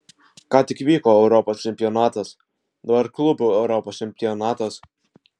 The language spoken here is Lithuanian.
ką tik vyko europos čempionatas dabar klubų europos čempionatas